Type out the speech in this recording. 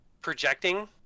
projecting